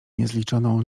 niezliczoną